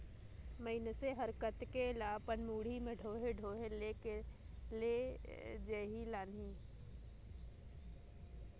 मइनसे हर कतेक ल अपन मुड़ी में डोएह डोएह के लेजही लानही